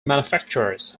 manufacturers